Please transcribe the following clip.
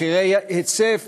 מחירי היצף,